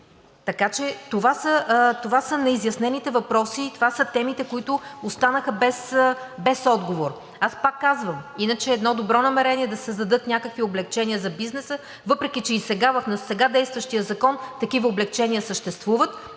Така че това са неизяснените въпроси, това са темите, които останаха без отговор. Аз пак казвам, иначе е едно добро намерение да се създадат някакви облекчения за бизнеса, въпреки че и в сега действащия закон такива облекчения съществуват